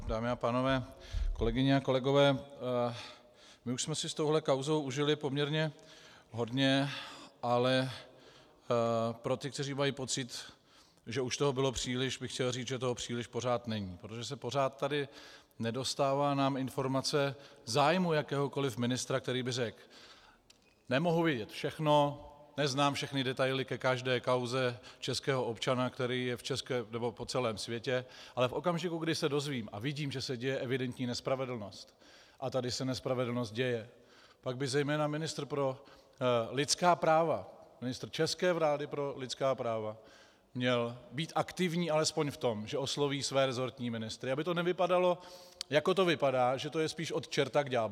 Dámy a pánové, kolegyně a kolegové, my už jsme si s touhle kauzou užili poměrně hodně, ale pro ty, kteří mají pocit, že už toho bylo příliš, bych chtěl říct, že toho příliš pořád není, protože se nám tady pořád nedostává informace o zájmu jakéhokoliv ministra, který by řekl: Nemohu vědět všechno, neznám všechny detaily ke každé kauze českého občana po celém světě, ale v okamžiku, kdy se dozvím a vidím, že se děje evidentní nespravedlnost, a tady se nespravedlnost děje, pak by zejména ministr pro lidská práva, ministr české vlády pro lidská práva měl být aktivní alespoň v tom, že osloví své resortní ministry, aby to nevypadalo, jako to vypadá, že to je spíš od čerta k ďáblu.